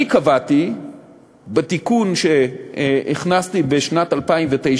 אני קבעתי בתיקון שהכנסתי בשנת 2009,